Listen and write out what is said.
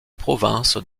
province